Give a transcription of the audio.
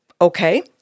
Okay